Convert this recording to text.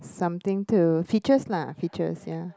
something to features lah features ya